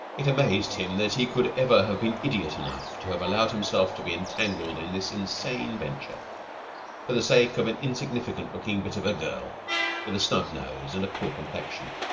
it amazed him that he could ever have been idiot enough to have allowed himself to be entangled in this insane venture for the sake of an insignificant-looking bit of a girl with a snub-nose and a poor complexion.